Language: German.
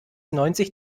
neunzig